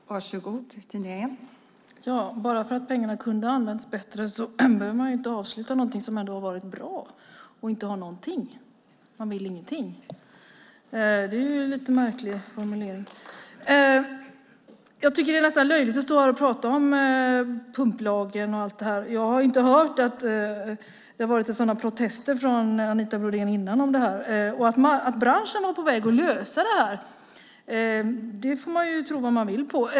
Fru ålderspresident! Bara för att pengarna kunde ha använts bättre behöver man inte avsluta någonting som har varit bra och inte ha någonting. Man vill ingenting. Det är en lite märklig formulering. Jag tycker att det nästan är löjligt att stå här och prata om pumplagen och allt det. Jag har inte hört sådana protester om det här från Anita Brodén förut. Att branschen var på väg att lösa det här får man ju tro vad man vill om.